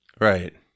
right